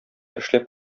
эшләп